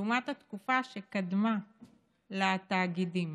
לעומת התקופה שקדמה לתאגידים.